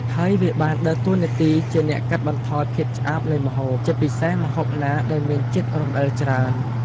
ហើយវាបានដើរតួនាទីជាអ្នកកាត់បន្ថយភាពឆ្អាបនៃម្ហូប ជាពិសេសម្ហូបណាដែលមានជាតិរំអិលច្រើន។